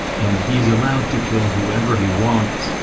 and he's allowed to kill whoever he wants,